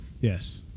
Yes